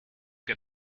get